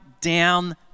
down